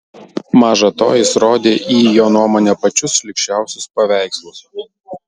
maža to jis rodė į jo nuomone pačius šlykščiausius paveikslus